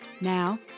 Now